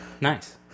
Nice